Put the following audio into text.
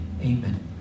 amen